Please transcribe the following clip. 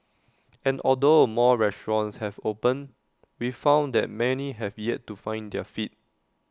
and although more restaurants have opened we found that many have yet to find their feet